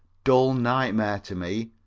dull nightmare to me.